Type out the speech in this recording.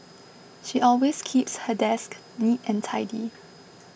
she always keeps her desk neat and tidy